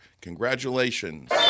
Congratulations